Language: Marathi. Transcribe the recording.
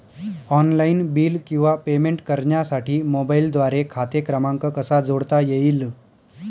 ऑनलाईन बिल किंवा पेमेंट करण्यासाठी मोबाईलद्वारे खाते क्रमांक कसा जोडता येईल?